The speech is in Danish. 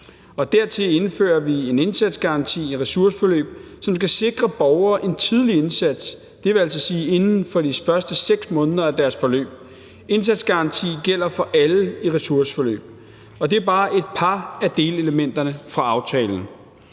Dertil indfører vi en indsatsgaranti ved ressourceforløb, som skal sikre borgere en tidlig indsats; det vil altså sige inden for de første 6 måneder af deres forløb. Indsatsgaranti gælder for alle i ressourceforløb. Og det er bare et par af delelementerne fra aftalen.